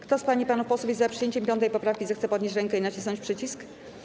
Kto z pań i panów posłów jest za przyjęciem 5. poprawki, zechce podnieść rękę i nacisnąć przycisk.